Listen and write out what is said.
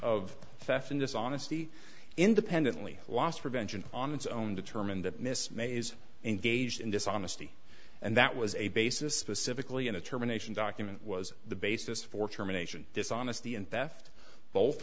of theft and dishonesty independently loss prevention on its own determined that miss mays and gauged and dishonesty and that was a basis pacifically and a termination document was the basis for termination dishonesty and theft both